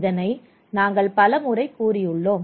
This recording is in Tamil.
இதனை நாங்கள் பலமுறை கூறியுள்ளோம்